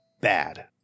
bad